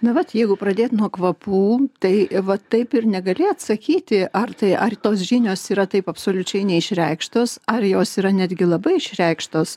na vat jeigu pradėti nuo kvapų tai vat taip ir negali atsakyti ar tai ar tos žinios yra taip absoliučiai neišreikštos ar jos yra netgi labai išreikštos